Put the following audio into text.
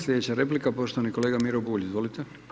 Slijedeća replika, poštovani kolega Miro Bulj, izvolite.